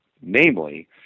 namely